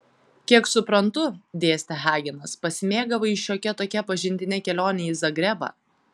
kiek suprantu dėstė hagenas pasimėgavai šiokia tokia pažintine kelione į zagrebą